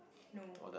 no